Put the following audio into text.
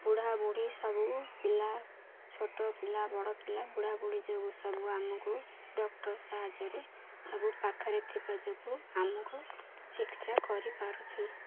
ବୁଢ଼ା ବୁଢ଼ୀ ସବୁ ପିଲା ଛୋଟ ପିଲା ବଡ଼ ପିଲା ବୁଢ଼ା ବୁଢ଼ୀ ଯୋଗୁଁ ସବୁ ଆମକୁ ଡକ୍ଟର୍ ସାହାଯ୍ୟରେ ସବୁ ପାଖରେ ଥିବା ଯୋଗୁଁ ଆମକୁ ଚିକିତ୍ସା କରିପାରୁଛୁ